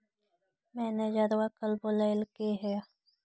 मैनेजरवा कल बोलैलके है?